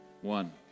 one